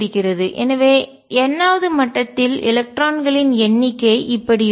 எனவே n வது மட்டத்தில் எலக்ட்ரான்களின் எண்ணிக்கை இப்படி இருக்கும்